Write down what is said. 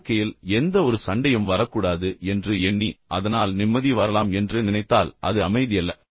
வாழ்க்கையில் எந்த ஒரு சண்டையும் வரக்கூடாது என்று எண்ணி அதனால் நிம்மதி வரலாம் என்று நினைத்தால் அது அமைதியல்ல